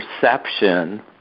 perception